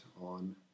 on